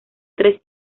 tres